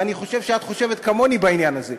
ואני חושב שאת חושבת כמוני בעניין הזה.